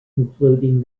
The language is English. including